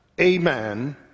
amen